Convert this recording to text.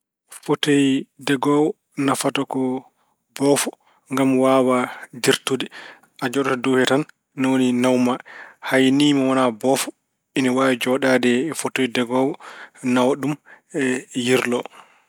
Foteyi degoowo nafata ko boofo ngam waawa dirtude. A jooɗoto e dow he tan ni woni naw ma. Hay ni mo wonaa boofo ina waawi jooɗaade foteyi degoowo nawa ɗum irlo.